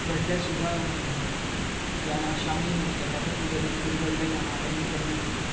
बड़ले सुबह जाना शामी नेईं जंदा फिह दूए दिन बापस सुबह जाना रन्निंग करने गी